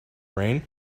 rain